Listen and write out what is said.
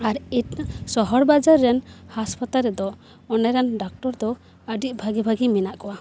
ᱟᱨ ᱮᱴᱟᱜ ᱥᱚᱦᱚᱨ ᱵᱟᱡᱟᱨ ᱨᱮᱱ ᱦᱟᱥᱯᱟᱛᱟᱞ ᱨᱮᱫᱚ ᱚᱸᱰᱮ ᱨᱮᱱ ᱰᱟᱠᱴᱚᱨ ᱫᱚ ᱟᱹᱰᱤ ᱵᱷᱟᱜᱮ ᱵᱷᱟᱜᱮ ᱢᱮᱱᱟᱜ ᱠᱚᱣᱟ